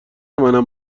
منم